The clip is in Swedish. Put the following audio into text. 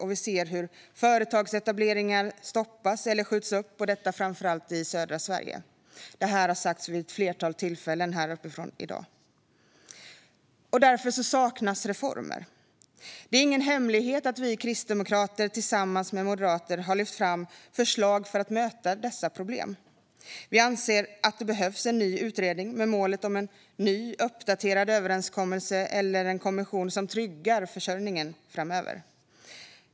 Vi ser hur företagsetableringar stoppas eller skjuts upp, detta framför allt i södra Sverige, vilket har sagts vid ett flertal tillfällen här i dag. Men reformer saknas. Det är ingen hemlighet att vi kristdemokrater tillsammans med Moderaterna har lyft fram förslag för att möta dessa problem. Vi anser att det behövs en ny utredning med målet om en ny, uppdaterad överenskommelse eller en kommission som tryggar försörjningen framöver.